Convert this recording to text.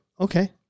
Okay